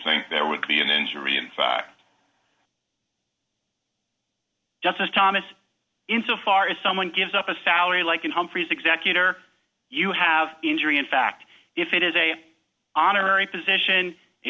think there would be an injury and justice thomas in so far as someone gives up a salary like in humphrey's executor you have injury in fact if it is a honorary